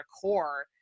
core